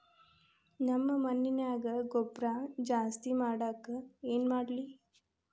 ನಮ್ಮ ಮಣ್ಣಿನ್ಯಾಗ ಗೊಬ್ರಾ ಜಾಸ್ತಿ ಮಾಡಾಕ ಏನ್ ಮಾಡ್ಲಿ?